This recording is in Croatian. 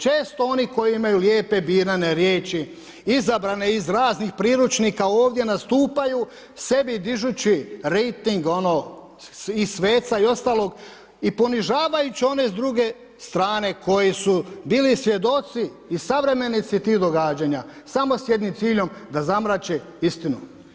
Često oni koji imaju lijepe birane riječi izabrane iz raznih priručnika ovdje nastupaju sebi dižući reiting i sveca i ostalog i ponižavajući one s druge strane koji su bili svjedoci i suvremenici tih događanja, samo s jednim ciljem da zamrače istinu.